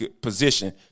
position